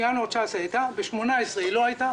בינואר 2019 היא הייתה ואילו ב-2018 היא לא הייתה.